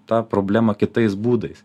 tą problemą kitais būdais